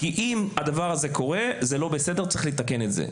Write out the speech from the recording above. כי אם הדבר הזה קורה זה לא בסדר וצריך לתקן את זה.